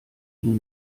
ihn